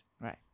Right